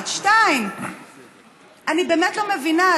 1. 2. אני באמת לא מבינה,